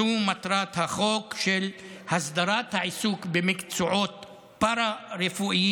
זו מטרת החוק של הסדרת העיסוק במקצועות פארה-רפואיים,